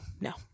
no